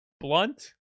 blunt